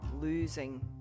losing